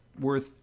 worth